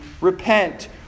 repent